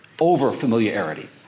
over-familiarity